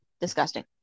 Disgusting